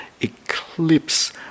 eclipse